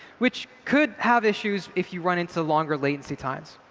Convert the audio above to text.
which could have issues if you run into longer latency times.